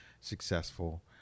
successful